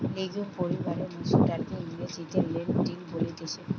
legume পরিবারের মসুর ডালকে ইংরেজিতে লেন্টিল বলতিছে